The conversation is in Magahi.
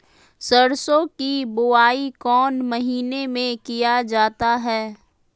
सरसो की बोआई कौन महीने में किया जाता है?